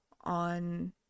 on